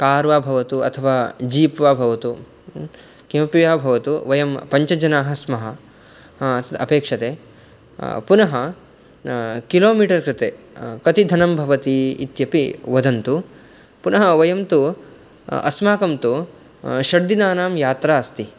car वा भवतु अथवा जीप् वा भवतु किमपि वा भवतु वयं पञ्चजनाः स्मः अपेक्षते पुनः किलो मिटर् कृते कति धनं भवति इत्यपि वदन्तु पुनः वयं तु अस्माकं तु षट्दिनानां यात्रास्ति